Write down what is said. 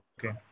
Okay